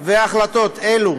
והחלטות אלו